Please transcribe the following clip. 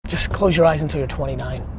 just close your eyes until you're twenty nine.